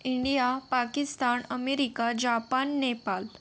India Pakistan America Japan Nepal